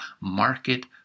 market